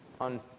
on